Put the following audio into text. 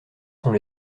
sont